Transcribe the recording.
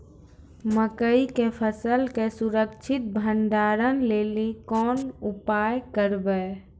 मकई के फसल के सुरक्षित भंडारण लेली कोंन उपाय करबै?